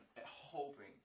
hoping